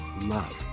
love